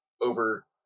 over